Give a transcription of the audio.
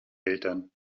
eltern